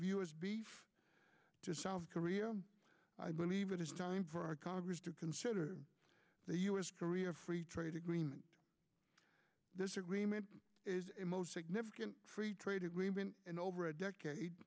u s beef to south korea i believe it is time for our congress to consider the us korea free trade agreement this agreement is a most significant free trade agreement in over a decade